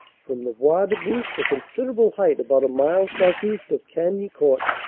from the bois de bouche, a considerable height about a mile southeast of cagni court,